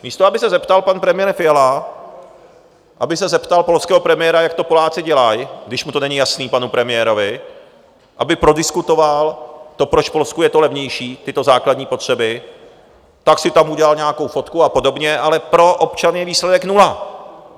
Místo aby se zeptal pan premiér Fiala, aby se zeptal polského premiéra, jak to Poláci dělají, když mu to není jasné, panu premiérovi, aby prodiskutoval to, proč v Polsku je to levnější, tyto základní potřeby, tak si tam udělal nějakou fotku a podobně, ale pro občany je výsledek nula.